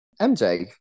mj